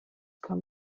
kann